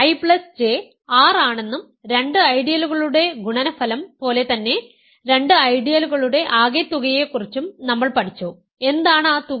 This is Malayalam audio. IJ R ആണെന്നും രണ്ട് ഐഡിയലുകളുടെ ഗുണനഫലം പോലെ തന്നെ രണ്ട് ഐഡിയലുകളുടെ ആകെത്തുകയെക്കുറിച്ചും നമ്മൾ പഠിച്ചു എന്താണ് ആ തുക